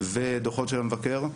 ודוחות של המבקר,